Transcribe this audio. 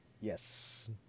Yes